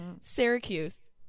Syracuse